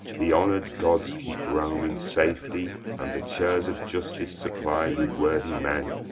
the honoured gods keep rome in safety, and the chairs of justice supplied with worthy men!